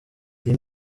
iyi